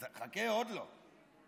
חכה, עוד לא.